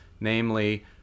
namely